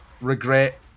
regret